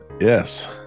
Yes